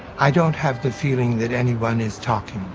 i don't have the feeling that anyone is talking.